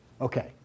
Okay